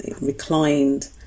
reclined